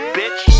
bitch